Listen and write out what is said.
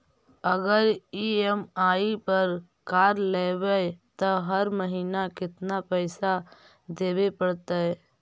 अगर ई.एम.आई पर कार लेबै त हर महिना केतना पैसा देबे पड़तै?